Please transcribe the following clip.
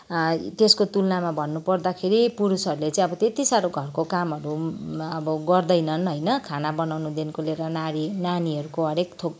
त्यसको तुलनामा भन्नुपर्दाखेरि पुरुषहरूले चाहिँ अब त्यति साह्रो घरको कामहरूमा अब गर्दैनन् होइन खाना बनाउनुदेखिको लिएर नारी नानीहरूको हरेको थोक